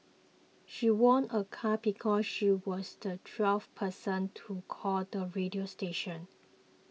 she won a car because she was the twelfth person to call the radio station